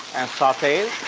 and saute